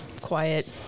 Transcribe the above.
quiet